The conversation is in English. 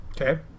Okay